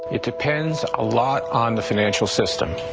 it depends a lot on the financial system.